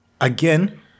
again